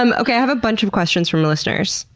um okay. i have a bunch of questions from listeners.